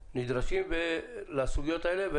נדרשים לסוגיות האלה.